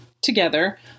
together